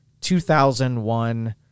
2001